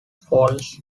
falls